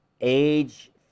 age